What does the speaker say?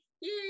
Yay